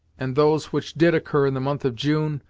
and those which did occur in the month of june,